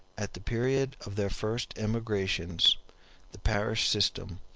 at the period of their first emigrations the parish system,